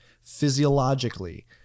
physiologically